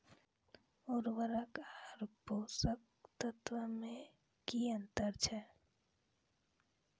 उर्वरक आर पोसक तत्व मे की अन्तर छै?